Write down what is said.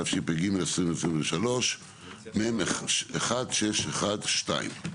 התשפ"ג-2023, מ/1612.